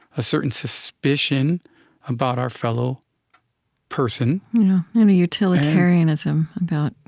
a certain suspicion about our fellow person yeah, and a utilitarianism about,